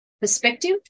perspective